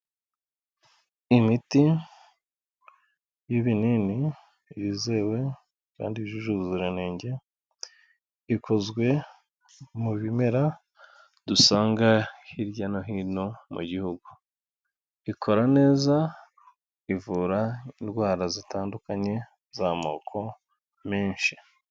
Imiti y'ibinini yizewe kandi yujuje ubuziranenge, ikozwe mu bimera dusanga hirya no hino mu gihugu. Ikora neza, ivura indwara zitandukanye z'amoko menshi.